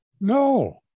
no